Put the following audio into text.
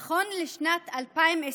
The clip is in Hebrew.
נכון לשנת 2020,